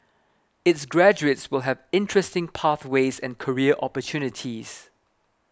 its graduates will have interesting pathways and career opportunities